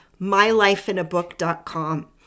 mylifeinabook.com